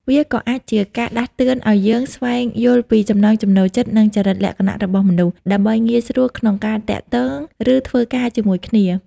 វាក៏អាចជាការដាស់តឿនឱ្យយើង ស្វែងយល់ពីចំណង់ចំណូលចិត្ត និងចរិតលក្ខណៈរបស់មនុស្ស ដើម្បីងាយស្រួលក្នុងការទាក់ទង ឬធ្វើការជាមួយគ្នា។